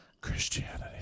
Christianity